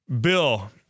Bill